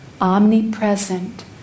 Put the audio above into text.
omnipresent